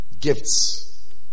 Gifts